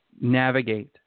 navigate